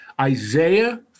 Isaiah